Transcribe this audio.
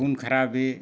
ᱠᱷᱩᱱ ᱠᱷᱟᱨᱟᱵᱤ